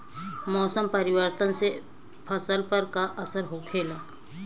मौसम परिवर्तन से फसल पर का असर होखेला?